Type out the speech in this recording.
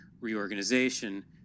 reorganization